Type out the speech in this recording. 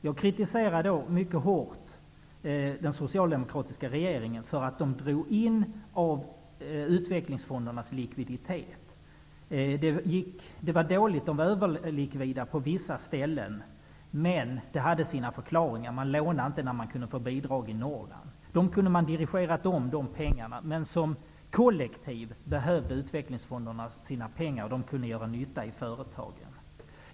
Jag kritiserade då mycket hårt den socialdemokratiska regeringen för att den drog in utvecklingsfondernas likviditet. Det fanns dåligt med överlikvid på vissa ställen. Men det hade sin förklaring. Man lånade inte när man kunde få bidrag i Norrland. De pengarna hade man kunnat dirigera om. Men som kollektiv behövde utvecklingsfonderna sina pengar. De kunde göra nytta i företagen.